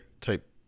type